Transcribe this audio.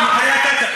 את מחירי הקרקע,